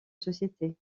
société